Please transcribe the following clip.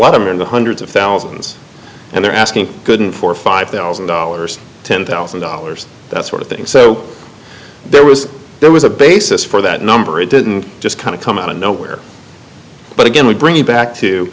of in the hundreds of thousands and they're asking gooden for five thousand dollars ten thousand dollars that sort of thing so there was there was a basis for that number it didn't just kind of come out of nowhere but again we bring you back to